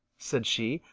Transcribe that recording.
said she.